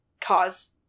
cause